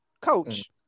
coach